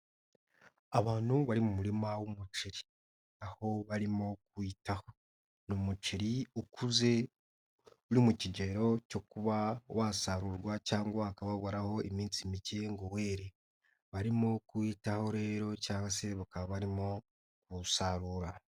Abantu bari mu murima w'umuceri aho barimo kuwitaho, ni umuceri ukuze uri mu kigero cyo kuba wasarurwa cyangwa ukaba uburaho iminsi mike ngo were, barimo kuyitaho rero cyangwa se bakaba barimo kuwusarura.